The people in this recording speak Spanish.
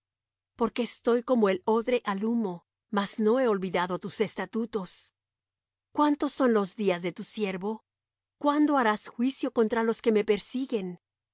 porque estoy como el odre al humo mas no he olvidado tus estatutos cuántos son los días de tu siervo cuándo harás juicio contra los que me persiguen